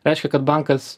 reiškia kad bankas